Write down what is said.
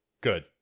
good